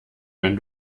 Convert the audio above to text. wenn